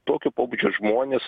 tokio pobūdžio žmones